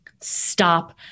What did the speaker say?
Stop